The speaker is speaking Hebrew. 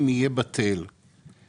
תהיה שלוש שנים,